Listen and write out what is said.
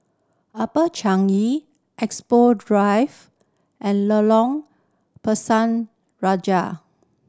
Upper Changi Expo Drive and Lorong Pisang Raja